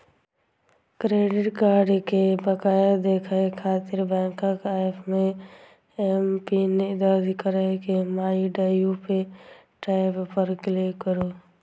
credit card के बकाया देखै खातिर बैंकक एप मे एमपिन दर्ज कैर के माइ ड्यू टैब पर क्लिक करू